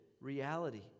reality